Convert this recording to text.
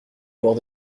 bord